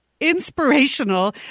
Inspirational